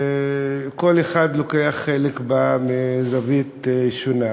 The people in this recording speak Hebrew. שכל אחד לוקח בה חלק מזווית שונה,